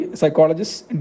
psychologists